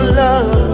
love